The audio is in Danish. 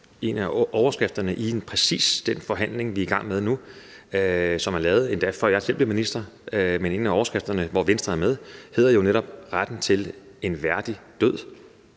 En af overskrifterne for præcis den forhandling, vi er i gang med nu, som endda er lavet, før jeg selv blev minister – og hvor Venstre er med – hedder jo netop »Retten til en værdig død«.